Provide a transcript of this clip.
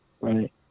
right